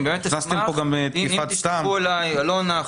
אני באמת אשמח אם תשלחו אליי או לאלונה.